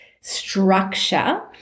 structure